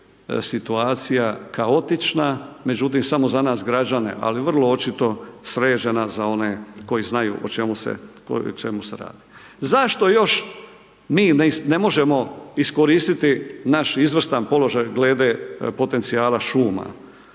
situacija kaotična. Međutim, samo za nas građane, ali vrlo očito sređena za one koji znaju o čemu se radi. Zašto još mi ne možemo iskoristiti naš izvrstan položaj glede potencijala šuma?